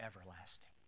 everlasting